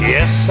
Yes